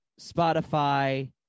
spotify